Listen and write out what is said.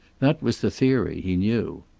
that was the theory, he knew.